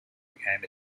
became